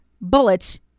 bullets